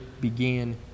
began